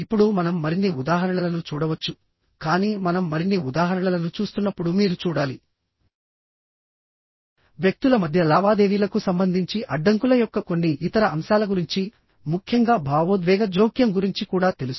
ఇప్పుడు మనం మరిన్ని ఉదాహరణలను చూడవచ్చు కానీ మనం మరిన్ని ఉదాహరణలను చూస్తున్నప్పుడు మీరు చూడాలి వ్యక్తుల మధ్య లావాదేవీలకు సంబంధించి అడ్డంకుల యొక్క కొన్ని ఇతర అంశాల గురించి ముఖ్యంగా భావోద్వేగ జోక్యం గురించి కూడా తెలుసు